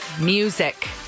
Music